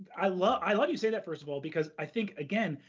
i love i love you say that, first of all, because i think, again,